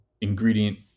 ingredient